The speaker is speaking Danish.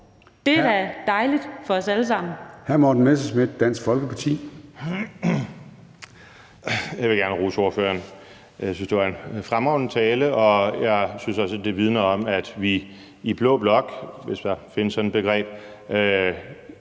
er da dejligt for os alle sammen.